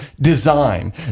design